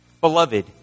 Beloved